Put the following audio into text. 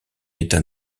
état